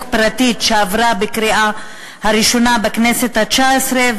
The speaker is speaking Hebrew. פרטית שעברה בקריאה ראשונה בכנסת התשע-עשרה,